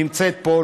שנמצאת פה,